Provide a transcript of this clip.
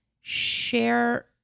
Share